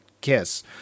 Kiss